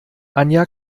anja